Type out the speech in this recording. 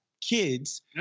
kids